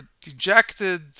dejected